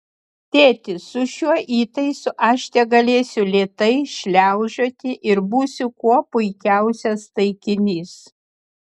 tėti su šiuo įtaisu aš tegalėsiu lėtai šliaužioti ir būsiu kuo puikiausias taikinys